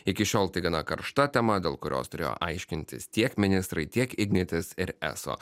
iki šiol tai gana karšta tema dėl kurios turėjo aiškintis tiek ministrai tiek ignitis ir eso